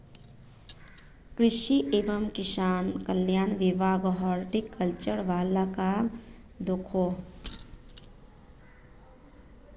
कृषि एवं किसान कल्याण विभाग हॉर्टिकल्चर वाल काम दखोह